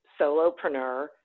solopreneur